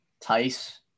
Tice